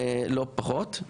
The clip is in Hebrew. לא פחות.